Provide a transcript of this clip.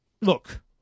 look